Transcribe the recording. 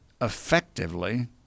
effectively